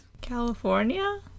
California